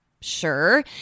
Sure